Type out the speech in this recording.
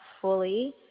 fully